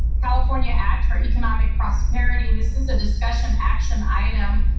california act for economic prosperity. this is a discussion action item.